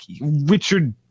Richard